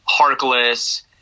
Harkless